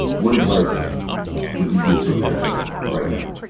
what advice would you give to america right now?